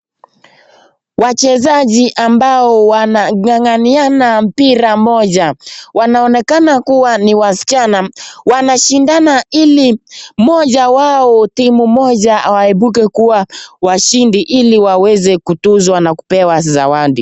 Wachezaji ambao wanang'ang'ania mpira wanaonekana kuwa ni wasichana. Wanashindana ili moja ya timu yao iweze kuibuka washindi ili waweze kutuzwa na kupewa zawadi.